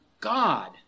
God